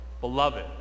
beloved